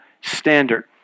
standard